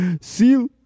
seal